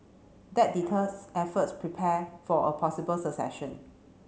that deters efforts prepare for a possible succession